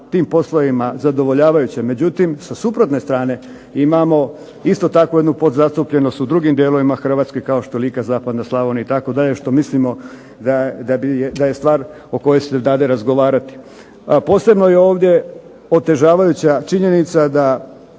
tim poslovima zadovoljavajuća, međutim sa suprotne strane imamo isto tako jednu podzastupljenost u drugim dijelovima Hrvatske kao što je Lika, zapadna Slavonija itd., što mislimo da je stvar o kojoj se dade razgovarati. Posebno je ovdje otežavajuća činjenica da